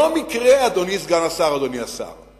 אדוני סגן השר, אדוני השר,